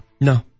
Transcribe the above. No